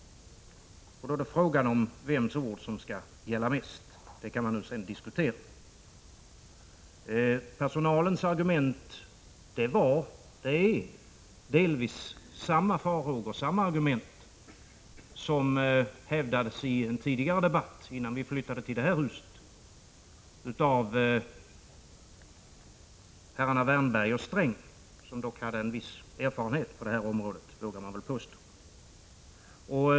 Då är frågan vems ord som skall äga giltighet. Detta kan man ju diskutera. Personalens argument är delvis desamma som användes i en tidigare debatt, innan vi flyttade till det här huset, av herrar Wärnberg och Sträng, som dock hade en viss erfarenhet på detta område, vågar jag påstå.